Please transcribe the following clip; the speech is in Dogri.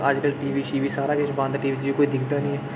अजकल टीवी शीवी सारा किश बंद कोई दिक्खदा नेईं ऐ